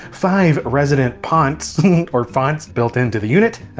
five resident ponts or fonts built into the unit,